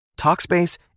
Talkspace